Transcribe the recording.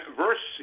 verse